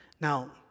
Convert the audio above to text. Now